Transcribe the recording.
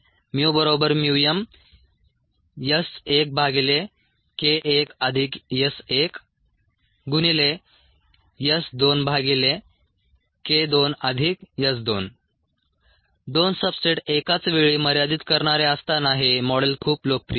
μmS1K1S1 S2K2S2 2 substrate एकाच वेळी मर्यादित करणारे असताना हे मॉडेल खूप लोकप्रिय आहे